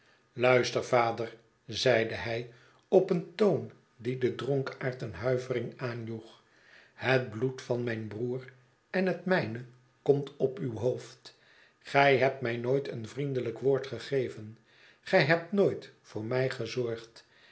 luister vader zeide hij op een toon die den dronkaard een huivering aanjoeg het bloed van mijn broer en het mijne komt op uw hoofd gj hebt mij nooit een vriendelijk woord gegeven gy hebt nooit voor mij gezorgd